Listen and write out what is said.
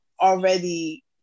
already